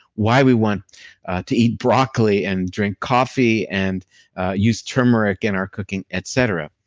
why we want to eat broccoli and drink coffee and use turmeric in our cooking, et cetera